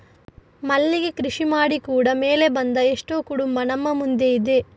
ಮಲ್ಲಿಗೆ ಕೃಷಿ ಮಾಡಿ ಕೂಡಾ ಮೇಲೆ ಬಂದ ಎಷ್ಟೋ ಕುಟುಂಬ ನಮ್ಮ ಮುಂದೆ ಇದೆ